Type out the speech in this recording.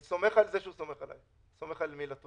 אני סומך על זה שהוא סומך עליי, סומך על מילתו.